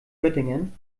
göttingen